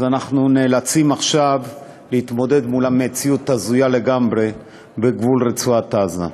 אנחנו נאלצים עכשיו להתמודד עם מציאות הזויה לגמרי בגבול רצועת-עזה.